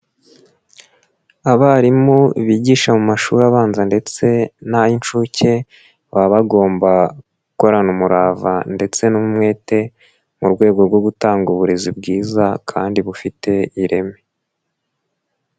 Abarimu bigisha mu mashuri abanza ndetse n'ay'inshuke, baba bagomba gukorana umurava ndetse n'umwete, mu rwego rwo gutanga uburezi bwiza kandi bufite ireme.